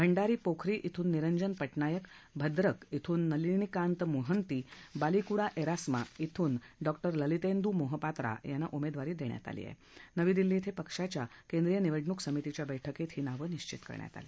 भंडारी पोखरी श्रून निरंजन पटनायक भ्रद्रक ध्वून नलिनीकांत मोहंती बालीकुडा एरास्मा ध्वेर्ड्विं ललितद्दु मोहपात्रा यांना उमद्ववारी दघ्वात आली आहध्वेवी दिल्ली थें पक्षाच्या केंद्रीय निवडणूक समितीच्या बैठकीत ही नाव निश्वित करण्यात आली